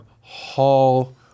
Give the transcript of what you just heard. Hall